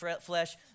flesh